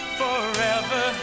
forever